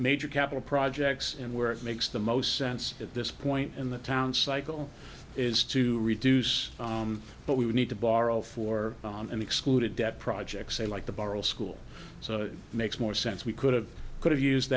major capital projects and where it makes the most sense at this point in the town cycle is to reduce but we need to borrow for and excluded debt projects i like the barrel school so it makes more sense we could have could have used